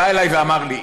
בא אליי ואמר לי: